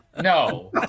No